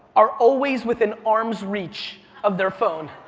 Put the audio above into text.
are always within arm's reach of their phone?